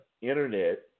internet